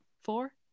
Four